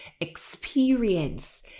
experience